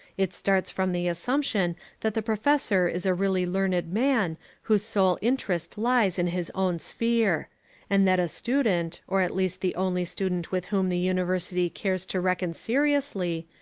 it starts from the assumption that the professor is a really learned man whose sole interest lies in his own sphere and that a student, or at least the only student with whom the university cares to reckon seriously,